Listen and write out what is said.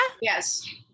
yes